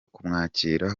kumwakira